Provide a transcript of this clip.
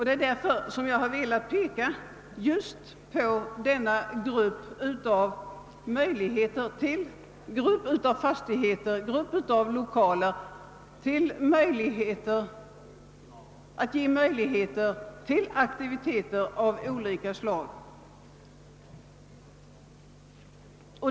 Det är därför som jag har velat betona att de fastigheter och lokaler det här gäller kan ge möjlighet till aktiviteter av olika slag.